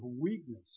weakness